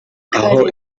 aho